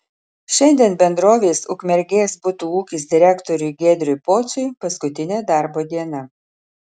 šiandien bendrovės ukmergės butų ūkis direktoriui giedriui pociui paskutinė darbo diena